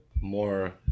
more